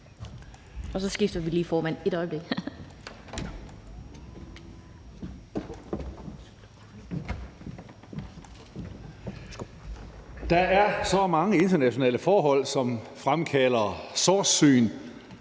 Der er så mange internationale forhold, som fremkalder sortsyn,